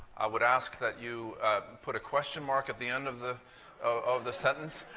i would ask that you put a question mark at the end of the of the sentence,